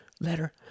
letter